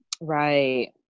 Right